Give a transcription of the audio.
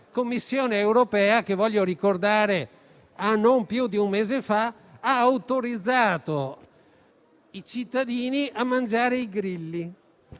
Commissione europea che - voglio ricordare - non più di un mese fa ha autorizzato i cittadini a mangiare i grilli,